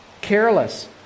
Careless